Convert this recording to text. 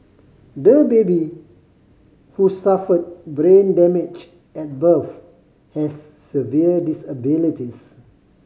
the baby who suffered brain damage at birth has severe disabilities